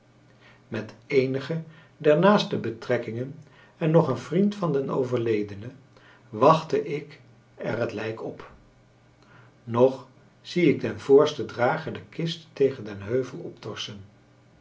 met eenige der naaste betrekkingen en nog een vriend van den overledene wachtte ik er het lijk op nog zie ik den voorsten drager de kist tegen den heuvel optorsen